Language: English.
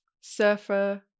surfer